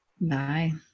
Bye